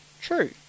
True